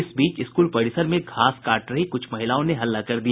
इस बीच स्कूल परिसर में घास काट रही कुछ महिलाओं ने हल्ला कर दिया